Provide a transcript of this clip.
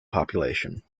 population